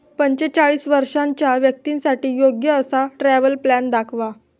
पंचेचाळीस वर्षांच्या व्यक्तींसाठी योग्य असा ट्रॅव्हल प्लॅन दाखवा